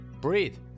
breathe